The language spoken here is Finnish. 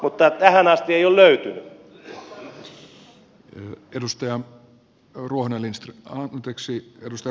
mutta tähän asti ei ole löytynyt